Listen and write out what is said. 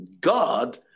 God